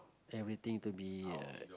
everything to be uh